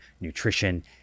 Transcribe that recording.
nutrition